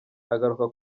agaruka